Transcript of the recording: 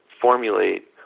formulate